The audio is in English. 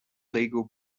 legal